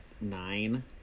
Nine